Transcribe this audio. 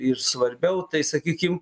ir svarbiau tai sakykim